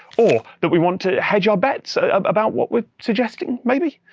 or that we want to hedge our bets about what we're suggesting, maybe?